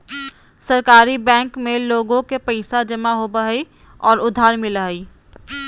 सहकारी बैंक में लोग के पैसा जमा होबो हइ और उधार मिलो हइ